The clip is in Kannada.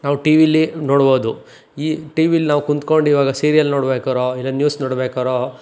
ನಾವು ಟಿ ವಿಲಿ ನೋಡ್ಬೋದು ಈ ಟಿ ವಿಲಿ ನಾವು ಕುಂತ್ಕೊಂಡು ಇವಾಗ ಸೀರಿಯಲ್ ನೋಡ್ಬೇಕಾರೋ ಇಲ್ಲ ನ್ಯೂಸ್ ನೋಡ್ಬೇಕಾರೋ